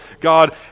God